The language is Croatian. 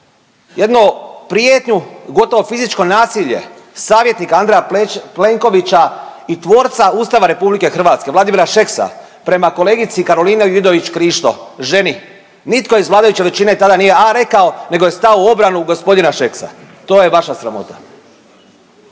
jednu prijetnju gotovo fizičko nasilje savjetnika Andreja Plenkovića i tvorca Ustava RH Vladimira Šeksa prema kolegici Karolini Vidović Krišto, ženi. Nitko iz vladajuće većine tada nije „a“ rekao nego je stao u obranu gospodina Šeksa. To je vaša sramota.